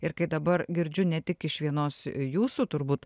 ir kai dabar girdžiu ne tik iš vienos jūsų turbūt